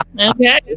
Okay